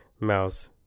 Mouse